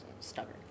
stubborn